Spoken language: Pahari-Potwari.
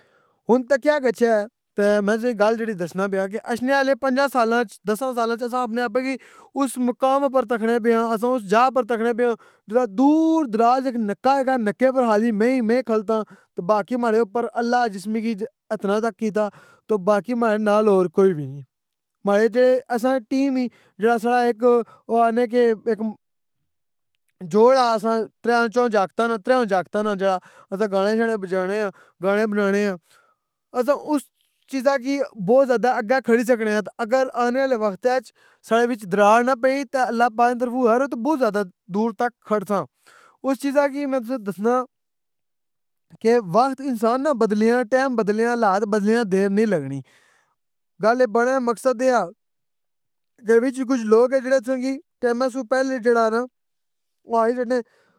ہن تہ کیا گچھیا تہ میں تکی گل جیڑی دسنا پیاں کہ اشنے آلے پنجاں سالاں اج دساں سالاں اچ اساں اپنے ابّے کی اُس مقام اپر تکنے پے آں اساں اُس جہ اپر تکنے پے آں جدے دور دراز ایک نکّہ ہیگا نکّے پر خالی میں ہی میں کھلتاں تہ باقی ماڑے اپر اللّٰہ جس مکی اتنا کیتا, تو باقی ماڑے نال ہور کوئی وی نئی, ماڑے جے اساں نی ٹیم ای جیڑا ساڑا اِک او آخنے کہ اِک جو اساں تریویں جاکتاں ناں جیڑا اسی گانے شانے بجانے آں گانے بنانے آں اساں اُس چیزاں کی بہت زیادہ اگّے کھڑی سکنے آں تہ اگر آنے آلے وقتہ اچ ساڈے وِچ دراڑ نہ پئ تہ اللّٰہ پاک نی طرفوں خیر ہوئی تہ بوں زیادہ دور تک کھڑساں اُس چیزا کی میں تُساں نو دسناں کہ وقت انسان نہ بدلیاں ٹائم بدلیاں حالات بدلیاں دیر نی لگنی, گل اے بنن نا مقصد اے آ کہ وِچ کچھ لوگ اے جیڑا تُساں کی ٹیماں سوں پہلے ای جیڑا نہ.